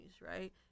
right